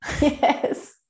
Yes